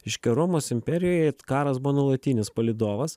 reiškia romos imperijoje karas buvo nuolatinis palydovas